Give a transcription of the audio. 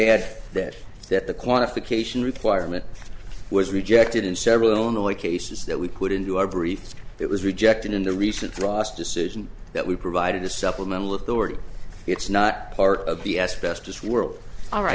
add that that the qualification requirement was rejected in several illinois cases that we put into our brief that was rejected in the recent last decision that we provided to supplemental of the already it's not part of the asbestos world all right